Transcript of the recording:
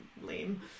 Lame